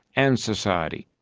and society.